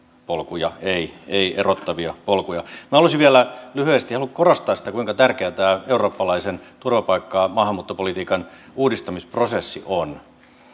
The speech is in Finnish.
polkuja ei ei erottavia polkuja minä haluaisin vielä lyhyesti korostaa sitä kuinka tärkeää tämä eurooppalaisen turvapaikka ja maahanmuuttopolitiikan uudistamisprosessi on